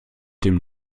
den